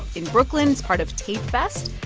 in brooklyn as part of tape fest.